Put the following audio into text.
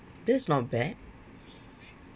that's not bad